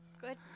Good